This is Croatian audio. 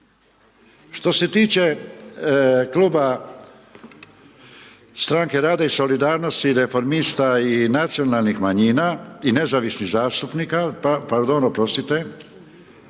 što se tiče kluba Stranke rada i solidarnosti, reformista i nacionalnih manjina i nezavisnih zastupnika, pardon, oprostite,